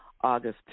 August